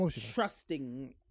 trusting